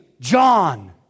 John